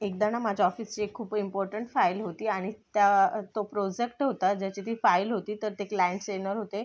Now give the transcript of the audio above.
एकदा ना माझ्या ऑफिसची एक खूप इम्पॉर्टंट फाईल होती आणि त्या तो प्रोजेक्ट होता ज्याची ती फाईल होती तर ते क्लायंट्स येणार होते